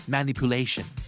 Manipulation